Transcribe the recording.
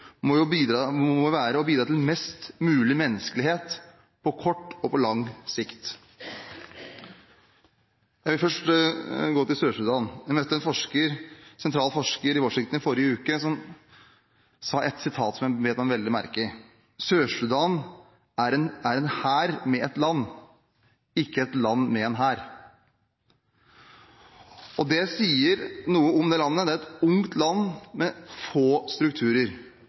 må være å bidra til mest mulig menneskelighet på kort og på lang sikt. Jeg vil først gå til Sør-Sudan. Jeg møtte en sentral forsker i Washington i forrige uke som sa noe som jeg bet meg veldig merke i: Sør-Sudan er en hær med et land, ikke et land med en hær. Det sier noe om det landet. Det er et ungt land med få strukturer.